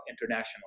international